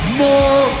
more